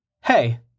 Hey